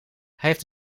heeft